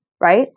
right